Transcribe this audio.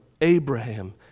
Abraham